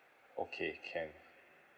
okay can